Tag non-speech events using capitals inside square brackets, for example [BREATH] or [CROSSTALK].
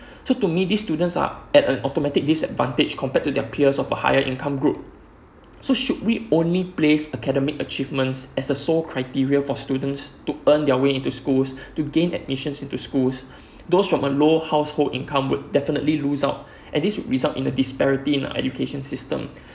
[BREATH] so to me these students are at an automatic disadvantage compared to their peers of a higher income group [NOISE] so should we only place academic achievements as a sole criteria for students to earn their way into schools [BREATH] to gain admissions into schools [BREATH] those from a low household income would definitely lose out [BREATH] and this would result in the disparity in our education system [BREATH]